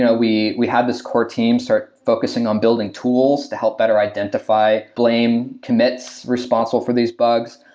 ah we we have this core team start focusing on building tools to help better identify blame commits responsible for these bugs.